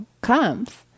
comes